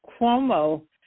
Cuomo